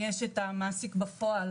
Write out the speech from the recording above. יש את הקבלן שהוא המעסיק בפועל,